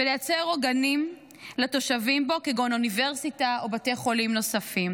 ולייצר עוגנים לתושבים בו כגון אוניברסיטה או בתי חולים נוספים.